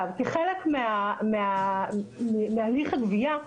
כחלק מהליך הגבייה,